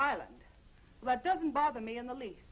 island but doesn't bother me in the least